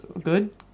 good